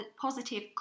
positive